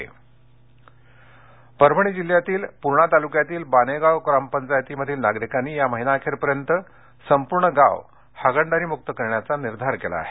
हागणदारीमुक्त परभणी परभणी जिल्ह्यातील पूर्णा तालुक्यातील बानेगाव ग्रामपंचायतीमधील नागरिकांनी या महिनाअखेर संपूर्ण गाव हागणदारी मुक्त करण्याचा निर्धार केला आहे